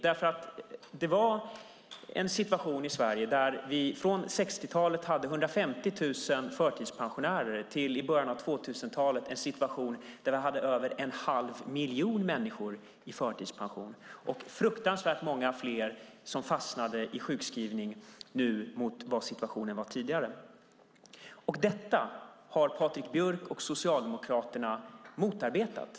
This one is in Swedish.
Det rådde en situation i Sverige där vi gick från att i början på 60-talet ha 150 000 förtidspensionärer till att i början på 2000-talet ha över en halv miljon människor i förtidspension och fruktansvärt många fler som fastnade i sjukskrivning jämfört med hur situationen var tidigare. Åtgärderna mot detta har Patrik Björck och Socialdemokraterna motarbetat.